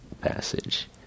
passage